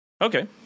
Okay